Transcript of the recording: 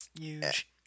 Huge